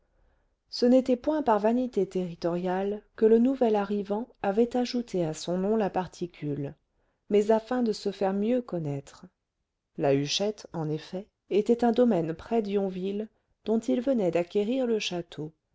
ce n'était point par vanité territoriale que le nouvel arrivant avait ajouté à son nom la particule mais afin de se faire mieux connaître la huchette en effet était un domaine près d'yonville dont il venait d'acquérir le château